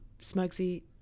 Smugsy